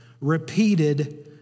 repeated